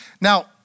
Now